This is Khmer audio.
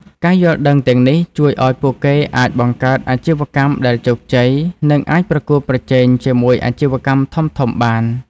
ការយល់ដឹងទាំងនេះជួយឱ្យពួកគេអាចបង្កើតអាជីវកម្មដែលជោគជ័យ និងអាចប្រកួតប្រជែងជាមួយអាជីវកម្មធំៗបាន។